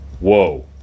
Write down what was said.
Whoa